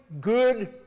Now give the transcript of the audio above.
good